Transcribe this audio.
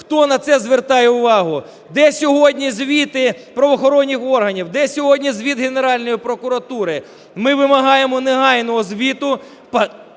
Хто на це звертає увагу? Де сьогодні звіти про правоохоронних органів? Де сьогодні звіт Генеральної прокуратури? Ми вимагаємо негайного звіту